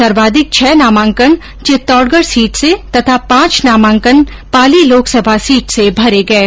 सर्वाधिक छ नामांकन चित्तौड़गढ सीट से तथा पांच नामांकन पाली लोकसभा सीट से भरे गये